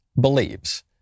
believes